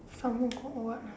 some more got what ah